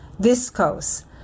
viscose